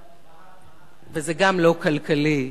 וזה גם לא כלכלי,